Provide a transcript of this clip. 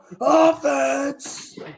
Offense